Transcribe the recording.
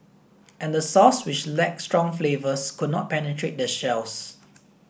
and the sauce which lacked strong flavours could not penetrate the shells